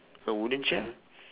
a wooden chair